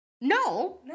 No